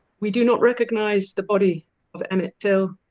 we do not recognize the body of emmett till.